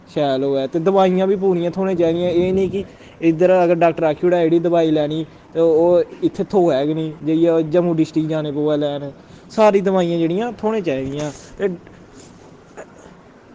शैल होऐ ते दोआइयां बी पूरियां थ्होने चाहिदियां एह् निं कि इद्धर अगर डाक्टर आखी ओड़ै एह्ड़ी दोआई लैनी ते ओह् इत्थें थ्होए गै नेईं जाइयै ओह् जम्मू डिस्ट्रिक जाने पोऐ लैन सारी दोआइयां जेह्ड़ियां थ्होने चाहिदियां ते